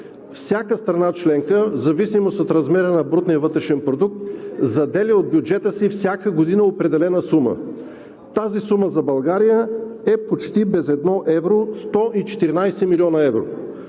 Всяка страна членка в зависимост от размера на брутния вътрешен продукт заделя от бюджета си всяка година определена сума. Тази сума за България е почти без едно евро – 114 млн. евро.